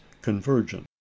convergent